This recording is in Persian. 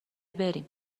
بریم